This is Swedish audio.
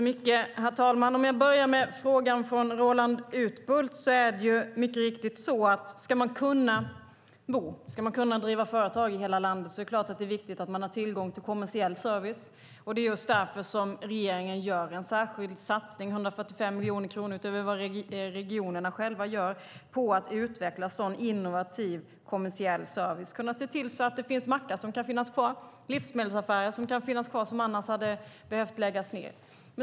Herr talman! Jag börjar med frågan från Roland Utbult. Det är mycket riktigt: Ska man kunna bo och driva företag i hela landet är det viktigt att man har tillgång till kommersiell service. Det är just därför regeringen gör en särskild satsning - det är 145 miljoner kronor utöver vad regionerna själva satsar - på att utveckla innovativ kommersiell service. Det handlar om att se till att mackar och livsmedelsbutiker finns kvar som annars hade behövt läggas ned.